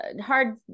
hard